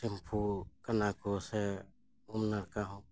ᱥᱮᱢᱯᱩᱜ ᱠᱟᱱᱟ ᱠᱚ ᱥᱮ ᱩᱢ ᱱᱟᱲᱠᱟ ᱦᱚᱸ